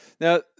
Now